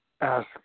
ask